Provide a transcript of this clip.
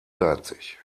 geizig